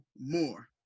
more